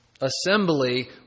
assembly